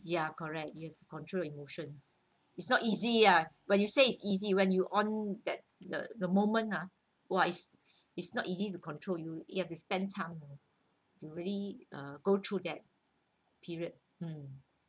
ya correct you have to control emotion is not easy ah when you say it's easy when you on that the the moment ah !wah! is is not easy to control you you have to spend time you know to really uh go through that period mm